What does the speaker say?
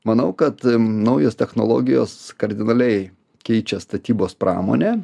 manau kad naujos technologijos kardinaliai keičia statybos pramonę